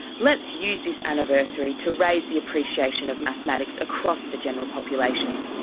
let's use this anniversary to raise the appreciation of mathematics across the general population,